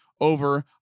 over